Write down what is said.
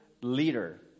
leader